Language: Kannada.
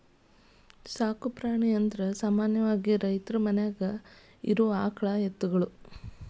ಸಾಕು ಪ್ರಾಣಿ ಅಂದರ ಸಾಮಾನ್ಯವಾಗಿ ರೈತರ ಮನ್ಯಾಗ ಇರು ಆಕಳ ಎತ್ತುಗಳು